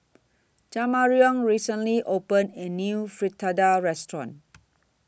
Jamarion recently opened A New Fritada Restaurant